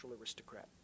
aristocrat